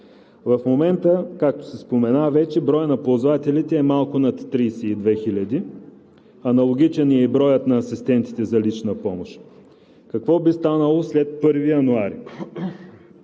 В момента, както вече се спомена, броят на ползвателите е малко над 32 хиляди, аналогичен е и броят на асистентите за лична помощ. Какво би станало след 1 януари?